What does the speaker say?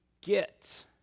get